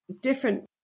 different